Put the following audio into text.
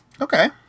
okay